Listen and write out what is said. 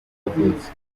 yavutse